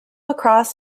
across